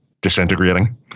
disintegrating